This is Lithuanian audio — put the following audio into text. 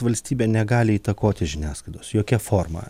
valstybė negali įtakoti žiniasklaidos jokia forma